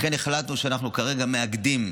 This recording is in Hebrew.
לכן החלטנו שאנחנו כרגע מאגדים,